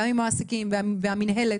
גם עם מעסיקים והמינהלת,